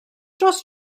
dros